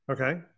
Okay